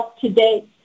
today